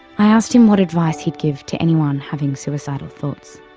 i asked him what advice he'd give to anyone having suicidal thoughts.